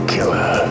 Killer